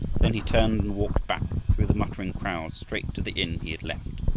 then he turned and walked back through the muttering crowds straight to the inn he had left.